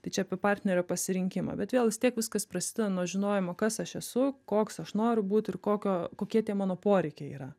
tai čia apie partnerio pasirinkimą bet vėl vis tiek viskas prasideda nuo žinojimo kas aš esu koks aš noriu būti ir kokio kokie tie mano poreikiai yra